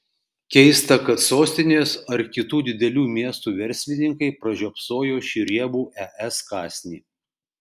keista kad sostinės ar kitų didelių miestų verslininkai pražiopsojo šį riebų es kąsnį